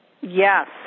Yes